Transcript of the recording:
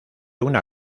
una